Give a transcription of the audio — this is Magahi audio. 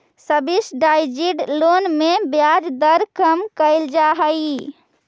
सब्सिडाइज्ड लोन में ब्याज दर कम कैल जा हइ